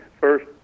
first